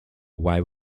why